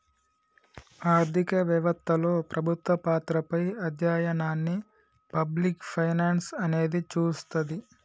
ఆర్థిక వెవత్తలో ప్రభుత్వ పాత్రపై అధ్యయనాన్ని పబ్లిక్ ఫైనాన్స్ అనేది చూస్తది